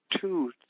two